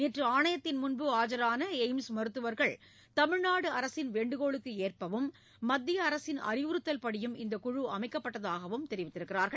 நேற்று ஆணையத்தின் முன்பு ஆஜரான எய்ம்ஸ் மருத்துவர்கள் தமிழ்நாடு அரசின் வேண்டுகோளுக்கு ஏற்பவும் மத்திய அரசின் அறிவுறுத்தல் படியும் இந்தக்குழு அமைக்கப்பட்டதாகவும் தெரிவித்துள்ளனர்